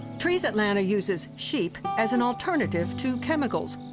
trees atlanta uses sheep as an alternative to chemicals.